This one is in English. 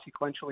sequentially